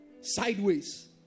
sideways